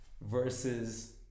versus